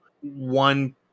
one